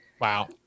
Wow